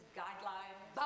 guidelines